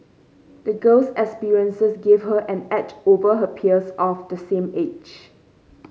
the girl's experiences gave her an edge over her peers of the same age